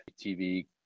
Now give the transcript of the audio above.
tv